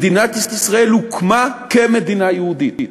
מדינת ישראל הוקמה כמדינה יהודית.